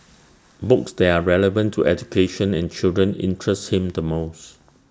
books that are relevant to education and children interest him the most